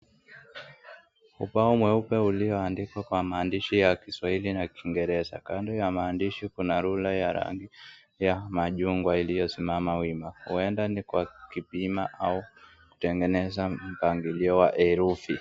Ubao mweupe ulioandikwa kwa maandishi ya kiswahili na kingereza. Kando na maandishi kuna ruler ya rangi ya machungwa iliyosimama wima. Huenda ni kwa kupima au kutengeneza mpangilio wa herufi.